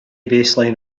baselines